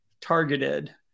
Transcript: targeted